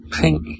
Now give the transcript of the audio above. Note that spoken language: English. pink